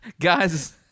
Guys